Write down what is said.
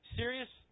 serious